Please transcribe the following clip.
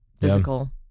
physical